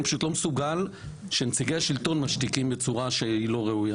אני לא מסוגל שנציגי השלטון משתיקים בצורה לא ראויה,